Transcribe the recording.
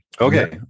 Okay